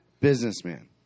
Businessman